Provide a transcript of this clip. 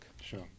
Sure